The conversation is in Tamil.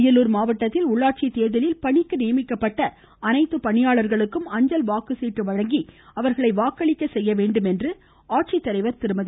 அரியலார் மாவட்டத்தில் உள்ளாட்சி தேர்தலில் பணிக்கு நியமிக்கப்பட்ட அனைத்து பணியாளர்களுக்கும் அஞ்சல் வாக்கு சீட்டு வழங்கி அவர்களை வாக்களிக்க செய்ய வேண்டும் என்று ஆட்சித்ததலைவர் திருமதி